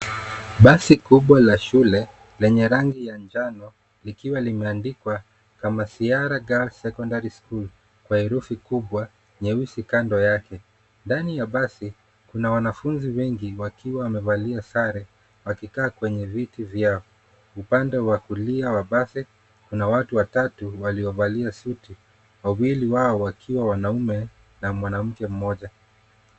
Basi kubwa la shule lenye rangi ya njano likiwa limeandikwa "Kamachiara Girls Secondary School' na herufi kubwa na nyeusi kando yake. Ndani ya basi kuna wanafunzi wengi wakiwa wamevalia sare; wakikaa kwenye viti vyao. Upande wa kulia wa basi, kuna watu watatu waliovalia suti; wawili wao wakiwa wanaume na mwanamke mmoja.